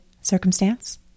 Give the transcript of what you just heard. circumstance